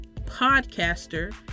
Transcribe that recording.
podcaster